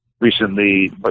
recently